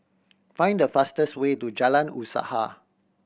find the fastest way to Jalan Usaha